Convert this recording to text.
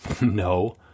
No